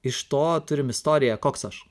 iš to turim istoriją koks aš